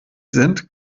sind